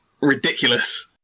ridiculous